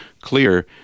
clear